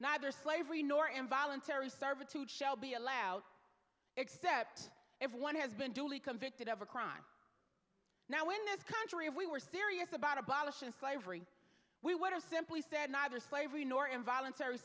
neither slavery nor involuntary servitude shall be allowed except if one has been duly convicted of a crime now in this country if we were serious about abolishing slavery we would have simply said neither slavery nor involuntary